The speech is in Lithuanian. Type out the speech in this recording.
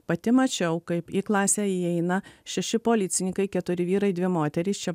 pati mačiau kaip į klasę įeina šeši policininkai keturi vyrai dvi moterys čia